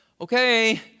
okay